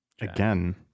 Again